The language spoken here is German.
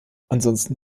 ansonsten